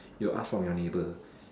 you ask from your neighbour